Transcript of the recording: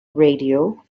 radio